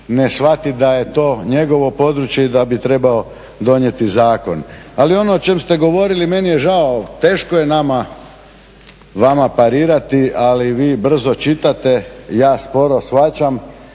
ne shvati da je to njegovo područje i da bi trebao donijeti zakon. Ali ono o čemu ste govorili, meni je žao, teško je nama vama parirati, ali vi brzo čitate, ja sporo shvaćam